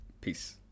Peace